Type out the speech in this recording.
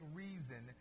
reason